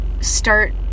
start